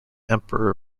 emperor